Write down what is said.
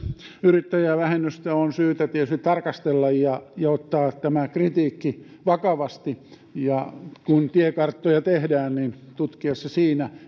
yrittäjävähennystä on syytä tietysti tarkastella ja ottaa tämä kritiikki vakavasti ja kun tiekarttoja tehdään tutkia siinä